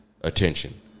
attention